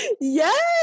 Yes